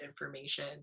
information